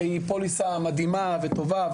פוליסה מדהימה וטובה.